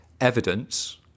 evidence